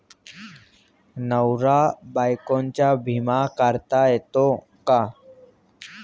नवरा बायकोचा विमा काढता येतो का?